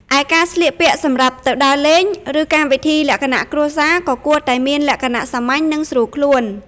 ឯការស្លៀកពាក់សម្រាប់ទៅដើរលេង ឬកម្មវិធីលក្ខណៈគ្រួសារ ក៏គួរតែមានលក្ខណៈសាមញ្ញ និងស្រួលខ្លួន។